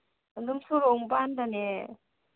ꯑꯗꯨꯝ ꯁꯣꯔꯣꯛ ꯃꯄꯥꯟꯗꯅꯦ